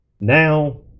Now